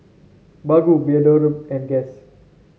Baggu Bioderma and Guess